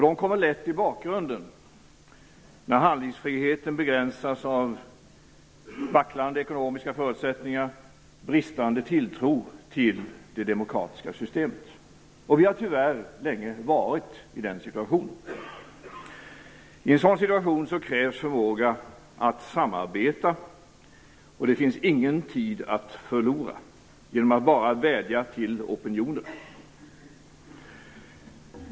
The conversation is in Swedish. De kommer lätt i bakgrunden när handlingsfriheten begränsas av vacklande ekonomiska förutsättningar och bristande tilltro till det demokratiska systemet. Vi har tyvärr länge varit i den situationen. I en sådan situation krävs förmåga att samarbeta, och det finns ingen tid att förlora genom att bara vädja till opinionen.